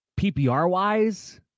PPR-wise